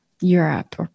Europe